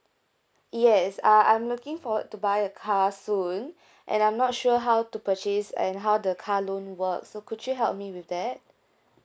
yes uh I'm looking forward to buy a car soon and I'm not sure how to purchase and how the car loan work so could you help me with that